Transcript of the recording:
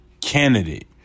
candidate